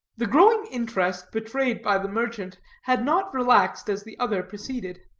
the growing interest betrayed by the merchant had not relaxed as the other proceeded.